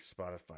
Spotify